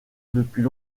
depuis